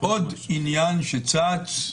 עוד עניין שצץ,